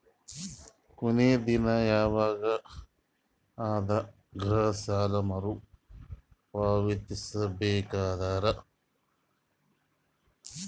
ಕೊನಿ ದಿನ ಯವಾಗ ಅದ ಗೃಹ ಸಾಲ ಮರು ಪಾವತಿಸಬೇಕಾದರ?